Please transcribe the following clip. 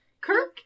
Kirk